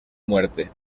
muerte